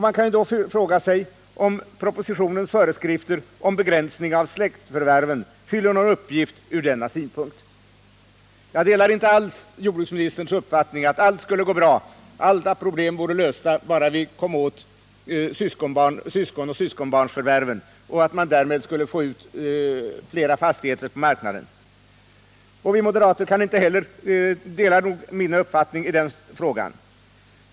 Man kan då fråga sig om propositionens föreskrifter om begränsning av släktförvärven fyller någon uppgift ur den synpunkten. Jag och övriga moderater delar inte alls jordbruksministerns uppfattning att alla problem vore lösta, om vi bara kom åt syskonoch syskonbarnsförvärven och att man därmed skulle få ut flera fastigheter på marknaden.